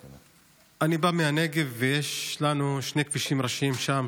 אני בא מהנגב ויש לנו שני כבישים ראשיים שם,